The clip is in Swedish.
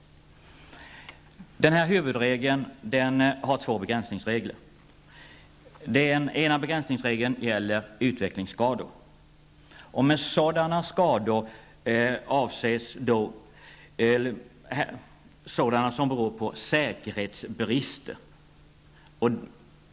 Huvudregeln har två begränsningsregler. Den ena begränsningsregeln gäller utvecklingsskador. Med detta avses skador som beror på säkerhetsbrister.